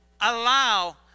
allow